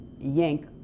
yank